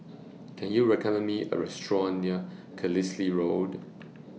Can YOU recommend Me A Restaurant near Carlisle Road